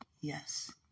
Yes